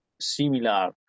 similar